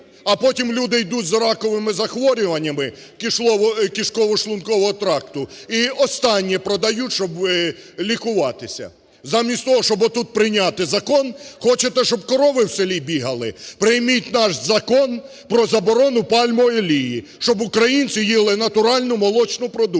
А потім люди йдуть з раковими захворюваннями кишково-шлункового тракту і останнє продають, щоб лікуватися. Замість того, щоб отут прийняти закон, хочете, щоб корови в селі бігали? Прийміть наш Закон про заборону пальмової олії, щоб українці їли натуральну молочну продукцію,